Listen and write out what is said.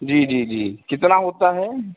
जी जी जी कितना होता है